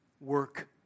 work